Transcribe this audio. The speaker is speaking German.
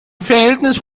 verhältnis